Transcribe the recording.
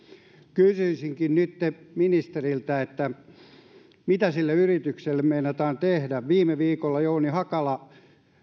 kysyisinkin nytten ministeriltä mitä sille yritykselle meinataan tehdä viime viikolla jouni hakala